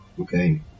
Okay